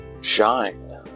shine